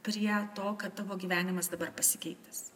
prie to kad tavo gyvenimas dabar pasikeitęs